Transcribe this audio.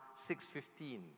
6.15